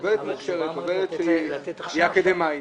עובדת מוכשרת, היא אקדמאית,